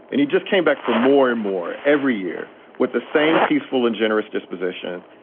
and he just came back for more and more every year with the same peaceful and generous disposition,